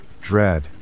dread